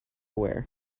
wear